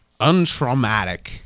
untraumatic